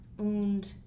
Und